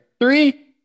Three